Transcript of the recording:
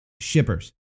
shippers